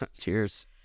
Cheers